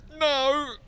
No